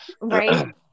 right